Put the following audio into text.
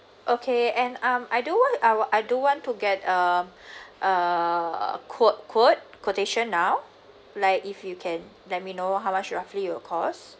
okay and um I don't want I'll I don't want to get um err quote quote quotation now like if you can let me know how much roughly it'll cost